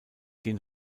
den